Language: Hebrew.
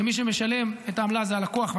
ומי שמשלם את העמלה זה הלקוח,